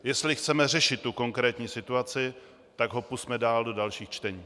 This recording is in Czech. Jestli chceme řešit konkrétní situaci, tak ho pusťme dál do dalších čtení.